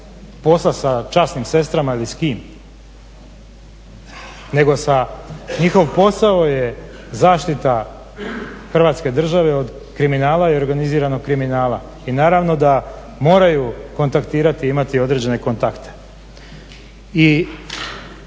posla, sa časnim sestrama ili s kim. Njihov posao je zaštita Hrvatske države od kriminala i organiziranog kriminala i naravno da moraju kontaktirati i imati određene kontakte.